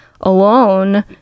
alone